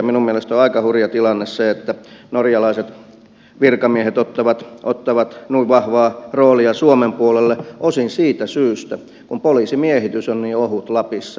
minun mielestäni on aika hurja tilanne se että norjalaiset virkamiehet ottavat noin vahvaa roolia suomen puolella osin siitä syystä että poliisimiehitys on niin ohut lapissa